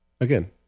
Again